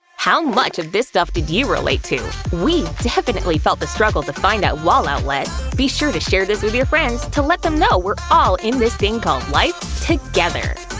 how much of this stuff did you relate to? we definitely felt the struggle to find that wall outlet. be sure to share this with your friends to let them know we're all in this thing called life together!